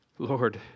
Lord